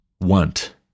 want